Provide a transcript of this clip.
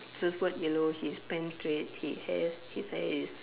surfboard yellow his pants red he hair his hair is